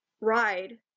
ride